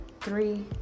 three